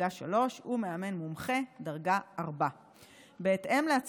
דרגה 3 ומאמן מומחה,